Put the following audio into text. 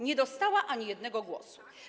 nie dostała ani jednego głosu.